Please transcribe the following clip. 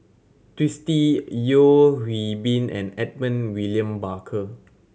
Twisstii Yeo Hwee Bin and Edmund William Barker